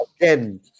Again